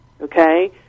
okay